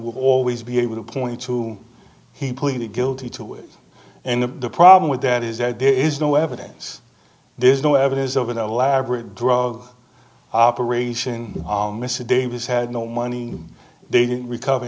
will always be able to point to he pleaded guilty to it and the problem with that is that there is no evidence there's no evidence over the lab or drug operation mr davies had no money they didn't recover